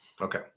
Okay